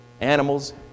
animals